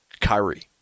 Kyrie